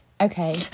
Okay